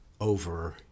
over